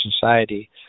society